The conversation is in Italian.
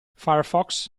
firefox